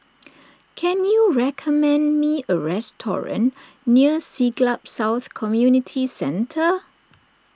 can you recommend me a restaurant near Siglap South Community Centre